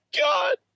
god